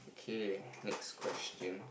okay next question